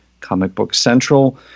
comicbookcentral